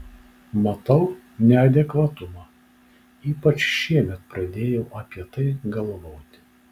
matau neadekvatumą ypač šiemet pradėjau apie tai galvoti